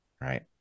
right